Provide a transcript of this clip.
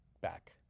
back